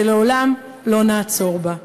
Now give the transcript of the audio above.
שלעולם לא נעצור בה.